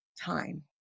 time